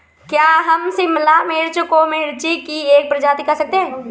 क्या हम शिमला मिर्च को मिर्ची की एक प्रजाति कह सकते हैं?